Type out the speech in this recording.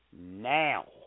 now